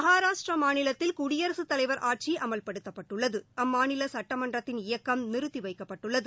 மகாராஷ்டிரா மாநிலத்தில் குடியரசுத் தலைவர் ஆட்சி அமல்படுத்தப்பட்டுள்ளது அம்மாநில சுட்டமன்றத்தின் இயக்கம் நிறுத்தி வைக்கப்பட்டுள்ளது